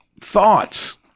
thoughts